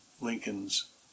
Lincoln's